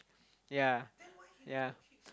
yeah yeah